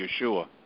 Yeshua